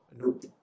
nope